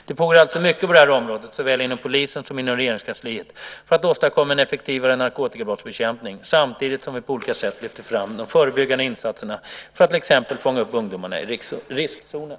Det pågår alltså mycket på det här området såväl inom polisen som inom Regeringskansliet för att åstadkomma en effektivare narkotikabrottsbekämpning, samtidigt som vi på olika sätt lyfter fram de förebyggande insatserna för att till exempel fånga upp ungdomar i riskzonen.